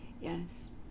yes